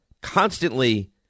constantly